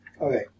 Okay